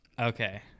Okay